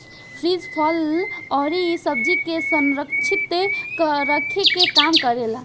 fridge फल अउरी सब्जी के संरक्षित रखे के काम करेला